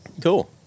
Cool